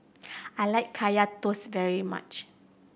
I like Kaya Toast very much